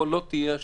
לא.